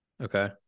Okay